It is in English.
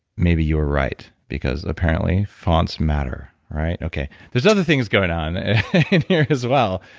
maybe you are right because apparently fonts matter, right? okay. there's other things going on in here as well.